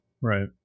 right